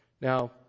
Now